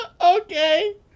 Okay